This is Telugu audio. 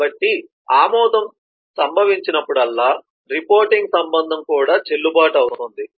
కాబట్టి ఆమోదం సంభవించినప్పుడల్లా రిపోర్టింగ్ సంబంధం కూడా చెల్లుబాటు అవుతుంది